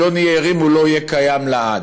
אם לא נהיה ערים הוא לא יהיה קיים לעד.